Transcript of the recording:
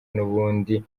n’ubundi